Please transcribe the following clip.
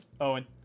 Owen